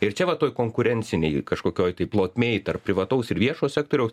ir čia va toj konkurencinėj kažkokioj tai plotmėj tarp privataus ir viešo sektoriaus